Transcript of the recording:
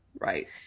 right